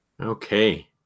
Okay